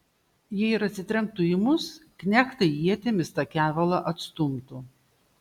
jei ir atsitrenktų į mus knechtai ietimis tą kevalą atstumtų